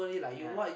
ya